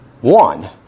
one